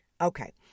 Okay